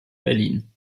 berlin